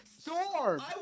Storm